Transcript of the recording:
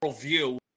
view